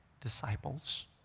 disciples